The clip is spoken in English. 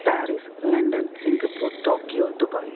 Paris London Singapore Tokyo Dubai